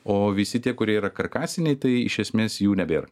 o visi tie kurie yra karkasiniai tai iš esmės jų nebėr